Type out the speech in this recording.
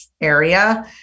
area